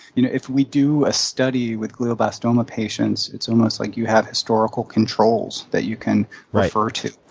you know if we do a study with glioblastoma patients, it's almost like you have historical controls that you can refer to.